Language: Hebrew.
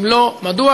3. אם לא, מדוע?